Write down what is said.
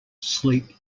sleep